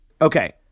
okay